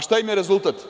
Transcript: Šta im je rezultat?